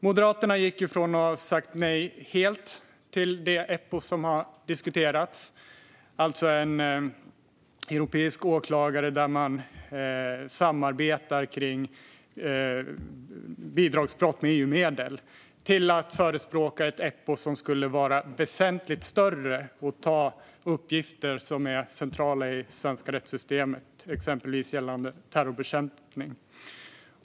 Moderaterna gick från att ha sagt nej helt till det Eppo som har diskuterats - alltså en europeisk åklagarmyndighet där man samarbetar kring bidragsbrott när det gäller EU-medel - till att förespråka ett Eppo som skulle vara väsentligt större och ta uppgifter som är centrala i det svenska rättssystemet, exempelvis gällande terrorbekämpning.